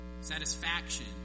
satisfaction